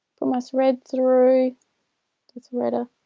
pull my thread through the threader